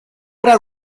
era